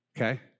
Okay